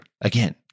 Again